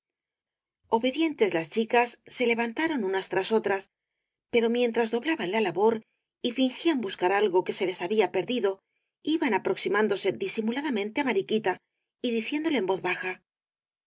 obedientes las chicas se levantaron unas tras otras pero mientras doblaban la labor y fingían buscar algo que se les había perdido iban aproximándose disimuladamente á mariquita y diciéndole en vos baja